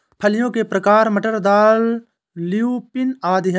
फलियों के प्रकार मटर, दाल, ल्यूपिन आदि हैं